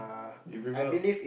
you prefer